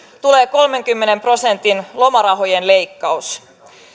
tulee kolmenkymmenen prosentin lomarahojen leikkaus